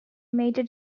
major